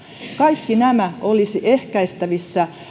kaikki nämä olisivat ehkäistävissä